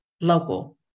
local